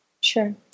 Sure